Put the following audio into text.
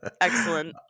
Excellent